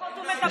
לפחות הוא מטפל.